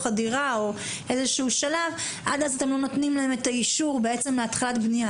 הדירה אתם לא נותנים להם אישור להתחלת בנייה.